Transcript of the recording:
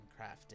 crafted